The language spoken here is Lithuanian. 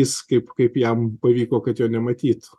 jis kaip kaip jam pavyko kad jo nematytų